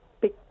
big